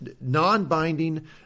non-binding